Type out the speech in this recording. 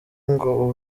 ngo